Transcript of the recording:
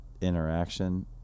interaction